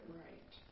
right